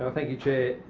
ah thank you, chair.